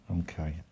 okay